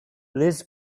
liz